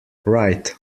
right